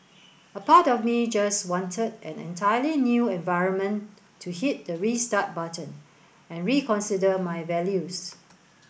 a part of me just wanted an entirely new environment to hit the restart button and reconsider my values